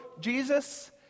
Jesus